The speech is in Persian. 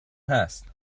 هست